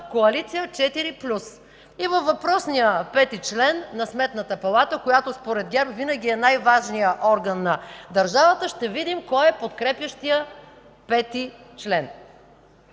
четири плюс, и във въпросния пети член на Сметната палата, която според ГЕРБ винаги е най-важният орган на държавата, ще видим кой е подкрепящият пети член.